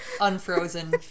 unfrozen